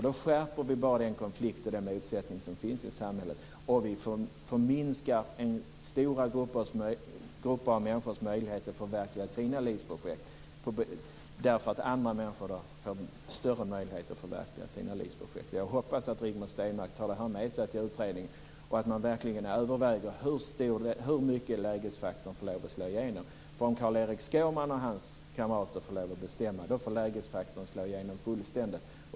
Vi skärper bara den konflikt och den motsättning som finns i samhället om vi minskar stora grupper av människors möjligheter att förverkliga sina livsprojekt därför att andra människor får större möjligheter att förverkliga sina livsprojekt. Jag hoppas att Rigmor Stenmark tar detta med sig till utredningen och att man verkligen överväger hur mycket lägesfaktorn får lov att slå igenom, för om Carl-Erik Skårman och hans kamrater får bestämma får lägesfaktorn slå igenom fullständigt.